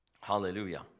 Hallelujah